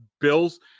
Bill's